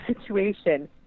situation